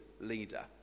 leader